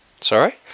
Sorry